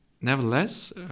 nevertheless